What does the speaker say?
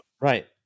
right